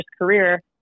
career